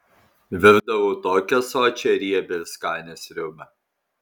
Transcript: virdavau tokią sočią riebią ir skanią sriubą